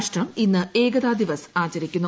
രാഷ്ട്രം ഇന്ന് ഏകതാദിവസ് ആചരിക്കുന്നു